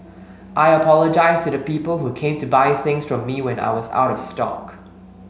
I apologise to the people who came to buy things from me when I was out of stock